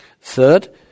Third